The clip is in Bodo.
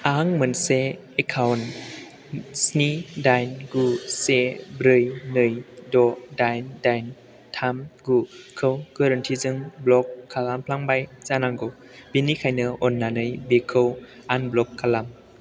आं मोनसे एकाउन्ट स्नि दाइन गु से ब्रै नै द दाइन दाइन थाम गुखौ गोरोन्थिजों ब्ल'क खालामफ्लांबाय जानांगौ बेनिखायनो अननानै बेखौ आनब्ल'क खालाम